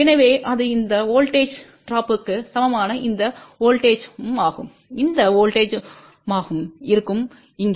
எனவே அது இந்த வோல்ட்டேஜ் ட்ரோப்க்கு சமமான இந்த வோல்ட்டேஜ்மாகவும் இந்த வோல்ட்டேஜ்மாகவும் இருக்கும் இங்கே